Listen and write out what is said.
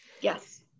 Yes